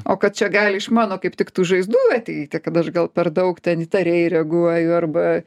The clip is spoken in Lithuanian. o kad čia gali iš mano kaip tik tų žaizdų ateiti kad aš gal per daug ten įtariai reaguoju arba